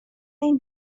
این